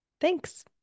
Thanks